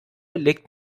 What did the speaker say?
legt